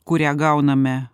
kurią gauname